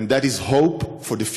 ואנחנו רוצים שתדגיש את התקווה באזור.